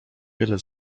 wiele